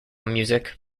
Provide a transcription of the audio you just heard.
music